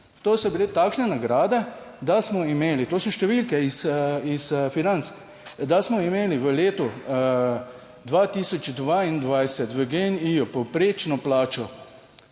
to so bile takšne nagrade, da smo imeli, to so številke iz Financ, da smo imeli v letu 2022 v GEN-I povprečno plačo